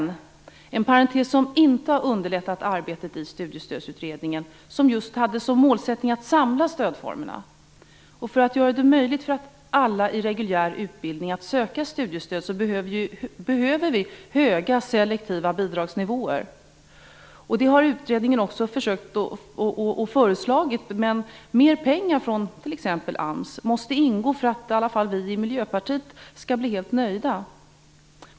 Det är en parentes som inte har underlättat arbetet i Studiestödsutredningen, som just hade som målsättning att samla stödformerna. För att göra det möjligt för alla i reguljär utbildning att söka studiestöd behöver vi höga selektiva bidragsnivåer. Det har utredningen också föreslagit, men mer pengar, t.ex. från AMS, måste ingå för att i alla fall vi i Miljöpartiet skall bli helt nöjda.